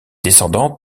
descendants